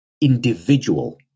individual